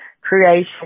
creation